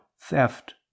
theft